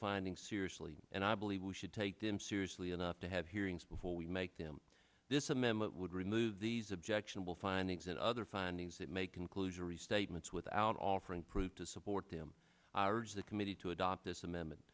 finding seriously and i believe we should take them seriously enough to have hearings before we make them this amendment would remove these objectionable findings and other findings that may conclusionary statements without offering proof to support them the committee to adopt this amendment